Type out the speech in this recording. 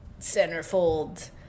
centerfold